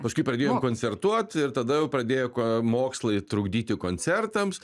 paskui pradėjom koncertuot ir tada jau pradėjo ko mokslai trukdyti koncertams